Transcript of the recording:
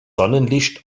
sonnenlicht